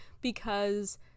because-